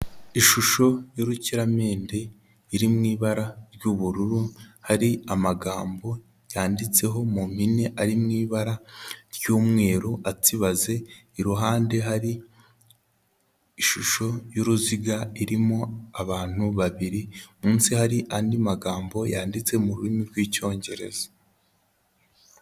Ishusho y'urukiramende iri mu ibara ry'ubururu, hari amagambo yanditseho mu mpine ari mu ibara ry'umweru atsibaze, iruhande hari ishusho y'uruziga irimo abantu babiri, munsi hari andi magambo yanditse mu rurimi rw'icyongereza.